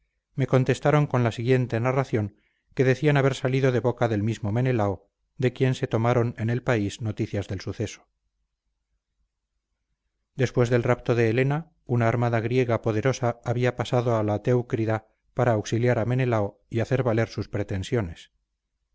me contestaron con la siguiente narración que decían haber salido de boca del mismo menelao de quien se tomaron en el país noticias del suceso después del rapto de helena una armada griega poderosa había pasado a la teucrida para auxiliar a menelao y hacer valer sus pretensiones